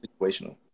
Situational